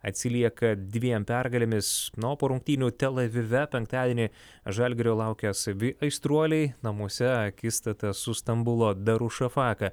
atsilieka dviem pergalėmis na o po rungtynių tel avive penktadienį žalgirio laukia savi aistruoliai namuose akistata su stambulo darušafaka